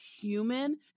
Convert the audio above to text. human